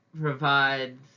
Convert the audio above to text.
provides